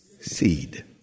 seed